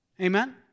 Amen